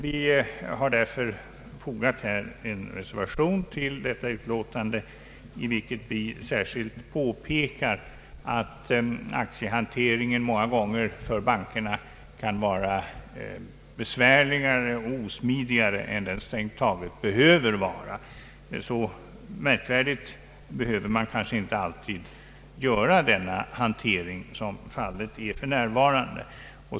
Vi har därför till utlåtandet fo gat en reservation i vilken påpekas att aktiehanteringen med nu gällande bestämmelser många gånger för bankerna kan vara besvärligare och osmidigare än den strängt taget behöver vara. Så märkvärdig behöver man kanske inte göra denna hantering som fallet är för närvarande.